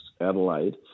Adelaide